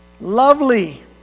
Lovely